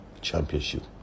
championship